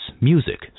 music